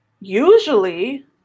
usually